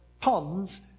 ponds